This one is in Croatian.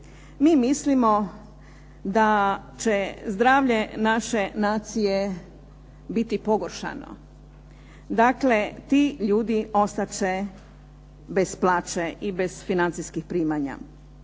mi mislimo da će zdravlje naše nacije biti pogoršano. Dakle, ti ljudi ostat će bez plaće i bez financijskih primanja.